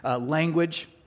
language